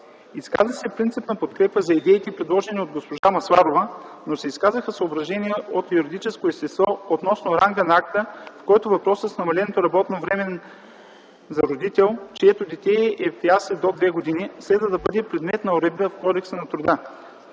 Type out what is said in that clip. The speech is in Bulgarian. Изказа се принципна подкрепа за идеите, предложени от госпожа Масларова, но се изказаха съображения от юридическо естество относно ранга на акта, в който въпросът с намаленото работно време на родител, чието дете е в ясли до две години, следва да бъде предмет на уредба в Кодекса на труда.